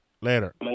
Later